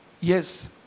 Yes